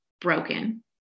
broken